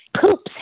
poops